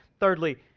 Thirdly